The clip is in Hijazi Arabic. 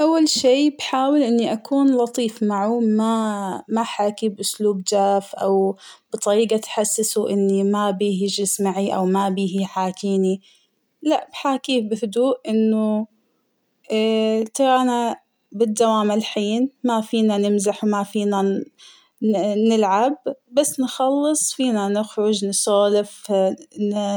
أول شي بحاول إني أكون لطيف معه ، ما احاكيه بأسلوب جاف أو بطريقة تحسسه إني ما أبيه يجلس معي أو ما أبيه يحاكيني ،لأ بحاكيه بهدوء انه تأنا بالدوام الحين ما فينا نمزح وما فينا نلعب ،بس نخلص فينا نخرج نسولف